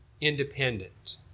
independent